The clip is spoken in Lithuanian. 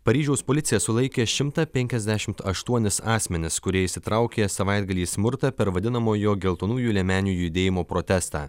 paryžiaus policija sulaikė šimtą penkiasdešimt aštuonis asmenis kurie įsitraukė savaitgalį į smurtą per vadinamojo geltonųjų liemenių judėjimo protestą